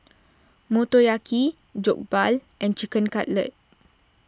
Motoyaki Jokbal and Chicken Cutlet